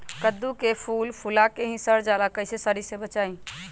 कददु के फूल फुला के ही सर जाला कइसे सरी से बचाई?